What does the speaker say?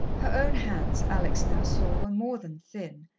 her own hands, alex now saw, were more than thin.